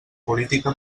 política